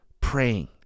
praying